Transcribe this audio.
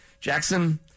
Jackson